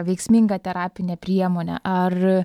veiksmingą terapinę priemonę ar